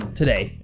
today